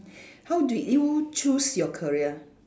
how did you choose your career